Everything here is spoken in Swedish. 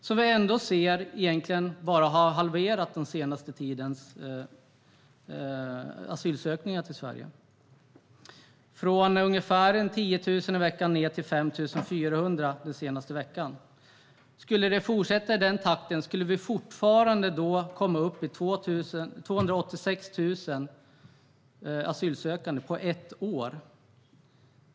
Men vi ser att det egentligen bara har halverat antalet asylansökningar till Sverige under den senaste tiden - från ungefär 10 000 i veckan ned till 5 400 den senaste veckan. Skulle det fortsätta i den takten skulle vi ändå komma upp i 286 000 asylsökande på ett år.